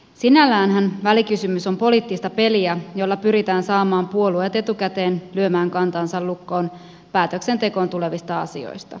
sinälläänhän välikysymys on poliittista peliä jolla pyritään saamaan puolueet etukäteen lyömään kantansa lukkoon päätöksentekoon tulevista asioista